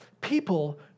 people